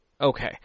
Okay